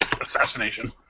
assassination